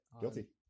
Guilty